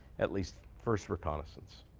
at least first reconnaissance.